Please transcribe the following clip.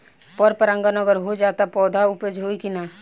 पर परागण अगर हो जाला त का पौधा उपज होई की ना?